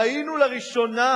ראינו לראשונה,